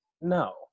No